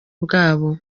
bwabo